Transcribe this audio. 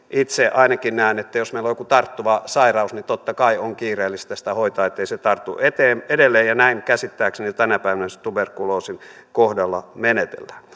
itse ainakin näen että todellakin jos meillä on joku tarttuva sairaus niin totta kai on kiireellistä sitä hoitaa ettei se tartu edelleen näin käsittääkseni tänä päivänä esimerkiksi tuberkuloosin kohdalla menetellään